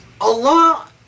Allah